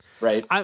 right